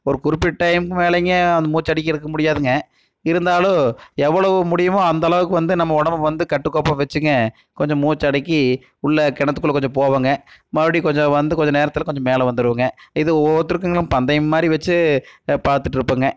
ஒரு குறிப்பிட்ட டைமுக்கு மேலேங்க அந்த மூச்சை அடிக்கிறதுக்கு முடியாதுங்க இருந்தாலும் எவ்வளவு முடியுமோ அந்தளவுக்கு வந்து நம்ம உடம்ப வந்து கட்டுக்கோப்பாக வச்சுங்க கொஞ்சம் மூச்சைடக்கி உள்ள கிணத்துக்குள்ள கொஞ்ச போவோங்க மறுப்டி கொஞ்சம் வந்து கொஞ்ச நேரத்தில் கொஞ்சம் மேலே வந்துடுவோங்க இது ஒவ்வொருத்தருக்குளுக்கும் பந்தயம் மாதிரி வச்சு பார்த்துட்ருப்போங்க